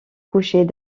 cocher